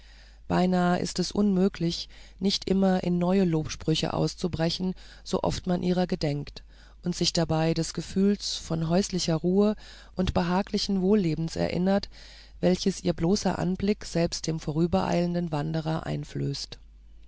beinahe ist es unmöglich nicht immer in neue lobsprüche auszubrechen so oft man ihrer gedenkt und sich dabei des gefühls von häuslicher ruhe und behaglichen wohllebens erinnert welches ihr bloßer anblick selbst dem vorübereilenden wanderer einflößt